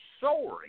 soaring